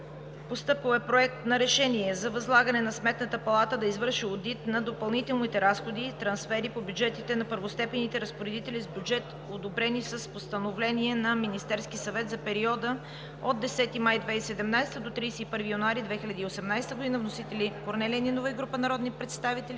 Постъпил е Проект на решение за възлагане на Сметната палата да извърши одит на допълнителните разходи/трансфери по бюджетите на първостепенните разпоредители с бюджет, одобрени с постановления на Министерския съвет за периода от 10 май 2017 г. до 31 януари 2018 г. Вносители са Корнелия Нинова и група народни представители.